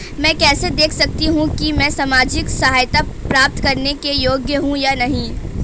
मैं कैसे देख सकती हूँ कि मैं सामाजिक सहायता प्राप्त करने के योग्य हूँ या नहीं?